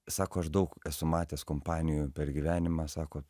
sako aš daug esu matęs kompanijų per gyvenimą sako